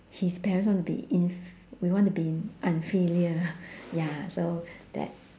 his parents want to be in f~ we want to be unfilial ya so that